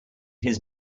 his